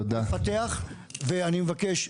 אני מבקש,